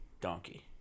Donkey